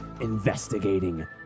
investigating